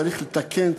צריך לתקן,